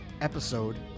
episode